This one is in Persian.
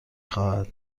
خواهد